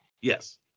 Yes